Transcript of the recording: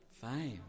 Five